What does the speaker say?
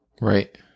Right